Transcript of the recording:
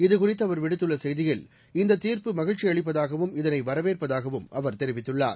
இதுகுறித்து அவர் விடுத்துள்ள செய்தியில் இந்த தீர்ப்பு மகிழ்ச்சி அளிப்பதாகவும் இதனை வரவேற்பதாகவும் அவர் தெரிவித்துள்ளார்